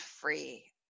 free